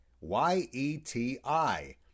Y-E-T-I